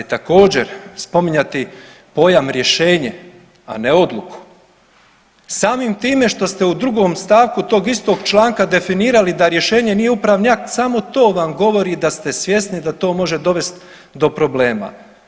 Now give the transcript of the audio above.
Također spominjati pojam rješenje, a ne odluku, samim time što ste u 2. stavku tog istog članka definirali da rješenje nije upravni akt samo to vam govori da ste svjesni da to može dovest do problema.